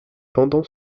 pendant